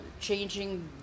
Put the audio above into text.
changing